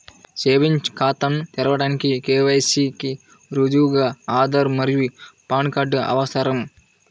savings ఖాతాను తెరవడానికి KYC కి రుజువుగా ఆధార్ మరియు పాన్ కార్డ్ అవసరం